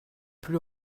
plus